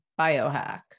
biohack